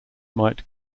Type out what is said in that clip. might